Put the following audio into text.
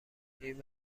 این